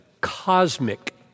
cosmic